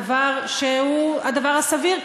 דבר שהוא הדבר הסביר.